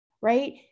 Right